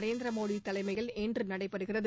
நரேந்திரமோடி தலைமையில் இன்று நடைபெறுகிறது